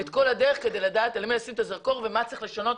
הדרך כדי לדעת על מי לשים את הזרקור ומה צריך לשנות,